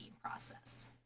process